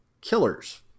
killers